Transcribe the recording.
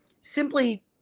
simply